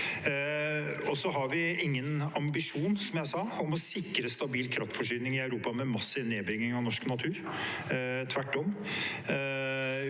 Vi har ingen ambisjon, som jeg sa, om å sikre stabil kraftforsyning i Europa med massiv nedbygging av norsk natur. Tvert om